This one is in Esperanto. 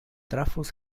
trafos